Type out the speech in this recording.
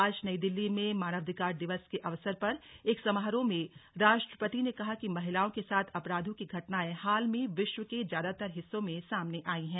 आज नई दिल्ली में मानवाधिकार दिवस के अवसर पर एक समारोह में राष्ट्रपति ने कहा कि महिलाओं के साथ अपराधों की घटनाएं हाल में विश्व के ज्यादातर हिस्सों में सामने आई हैं